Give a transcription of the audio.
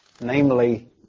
namely